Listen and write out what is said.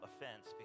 offense